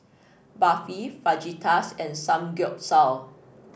Barfi Fajitas and Samgeyopsal